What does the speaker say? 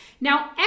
Now